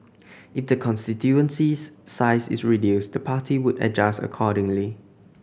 if the constituency's size is reduced the party would adjust accordingly